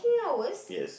yes